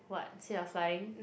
what instead of flying